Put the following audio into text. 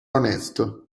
onesto